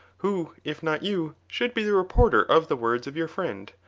who, if not you, should be the reporter of the words of your friend?